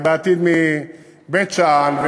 ובעתיד מבית-שאן,